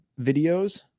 videos